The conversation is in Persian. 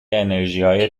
انرژیهای